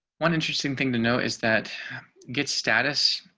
one interesting thing to know is that get status.